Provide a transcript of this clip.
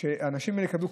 שהאנשים האלה יקבלו,